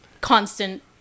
constant